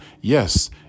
Yes